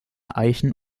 eichen